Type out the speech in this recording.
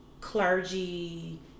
clergy